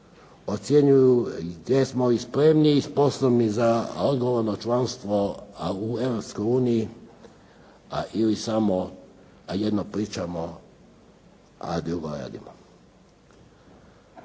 ocjenjuju jesmo li spremni i sposobni za odgovorno članstvo u Europskoj uniji ili samo jedno pričamo, a drugo radimo.